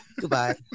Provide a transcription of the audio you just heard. Goodbye